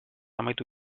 amaitu